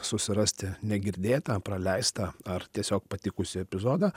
susirasti negirdėtą praleistą ar tiesiog patikusį epizodą